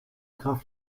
graf